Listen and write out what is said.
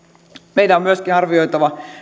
meidän on myöskin arvioitava